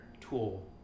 tool